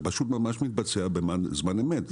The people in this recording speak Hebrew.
זה ממש מתבצע בזמן אמת.